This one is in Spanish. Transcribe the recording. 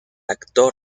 actor